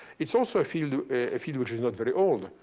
it is also a field a field which is not very old.